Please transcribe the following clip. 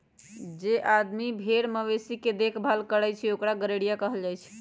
जे आदमी भेर मवेशी के देखभाल करई छई ओकरा गरेड़िया कहल जाई छई